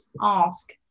ask